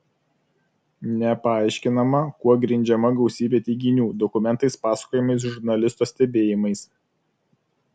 nepaaiškinama kuo grindžiama gausybė teiginių dokumentais pasakojimais žurnalisto stebėjimais